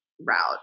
route